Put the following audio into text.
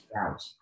out